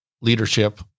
leadership